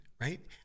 right